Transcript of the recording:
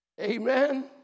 Amen